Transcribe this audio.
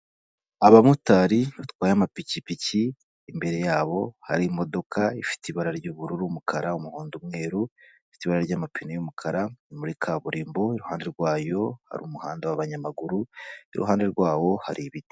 Abamotari batwaye amapikipiki imbere yabo hari imodoka ifite ibara ry'ubururu, umukara umuhondo, umweru ifite ibara ry'amapine y'umukara iri muri kaburimbo iruhande rwayo hari umuhanda w'abanyamaguru iruhande rwawo hari ibiti.